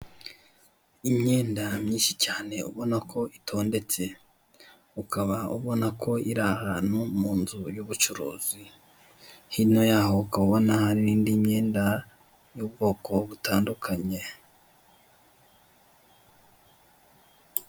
Imyenda myinshi cyane ubona ko itondetse ukaba ubona ko iri ahantu mu nzu y'ubucuruzi hino yaho ukaba ubona hari indi myenda y'ubwoko butandukanye.